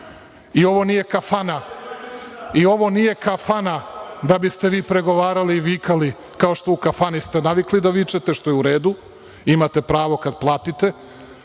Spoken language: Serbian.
i ovo nije kafana da biste vi pregovarali i vikali kao što ste u kafani navikli da vičete, što je u redu, imate pravo kad platite,